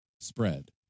spread